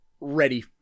ready